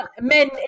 men